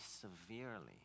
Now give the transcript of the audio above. severely